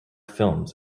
films